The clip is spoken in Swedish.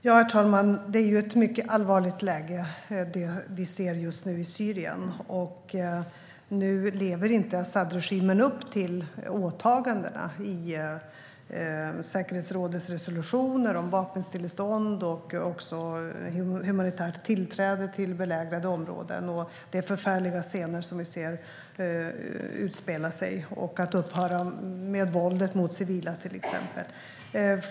Herr talman! Det är ett mycket allvarligt läge som vi just nu ser i Syrien. Asadregimen lever inte upp till åtagandena i säkerhetsrådets resolutioner om vapenstillestånd, om humanitärt tillträde till belägrade områden och om att upphöra med våldet mot civila, till exempel. Det är förfärliga scener som vi ser utspela sig.